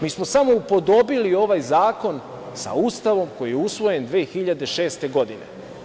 Mi smo samo upodobili ovaj zakon sa Ustavom koji je usvojen 2006. godine.